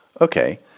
Okay